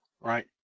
right